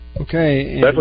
Okay